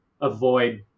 avoid